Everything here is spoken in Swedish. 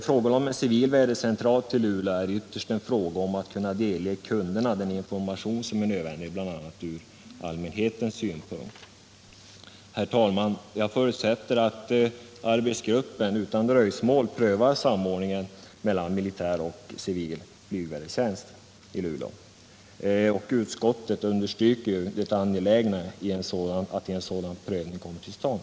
Frågan om en civil central i Luleå är ytterst en fråga om att kunna delge kunderna den information som är nödvändig bl.a. från allmänhetens synpunkt. Herr talman! Jag förutsätter att arbetsgruppen utan dröjsmål prövar samordningen mellan militär och civil flygvädertjänst i Luleå. Utskottet understryker ju också det angelägna i att en sådan prövning kommer till stånd.